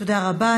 תודה רבה.